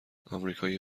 آمریکایی